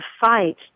fight